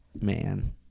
man